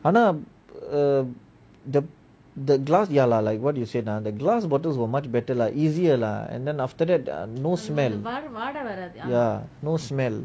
ஆனா:aana the the glass ya lah like what you said ah the glass bottles were much better lah easier lah and then after that err no smell ya no smell